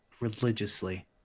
religiously